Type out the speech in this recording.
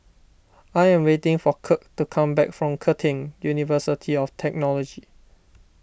I am waiting for Kirk to come back from Curtin University of Technology